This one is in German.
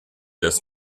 das